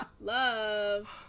love